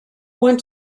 want